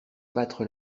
battre